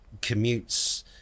commutes